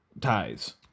ties